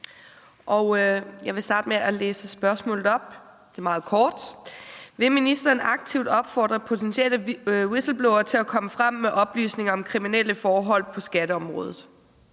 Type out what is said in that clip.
Jeg vil starte med at læse spørgsmålet op, og det er meget kort: Vil ministeren aktivt opfordre potentielle whistleblowere til at komme frem med oplysninger om kriminelle forhold på skatteområdet?